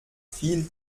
viel